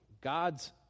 God's